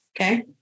Okay